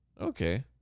Okay